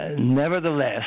nevertheless